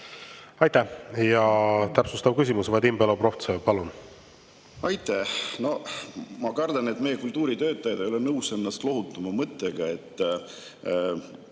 Aitäh! Ja täpsustav küsimus, Vadim Belobrovtsev, palun! Aitäh! Ma kardan, et meie kultuuritöötajad ei ole nõus ennast lohutama mõttega, et